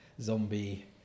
zombie